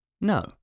No